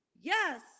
Yes